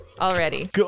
already